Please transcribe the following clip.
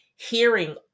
hearing